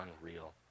unreal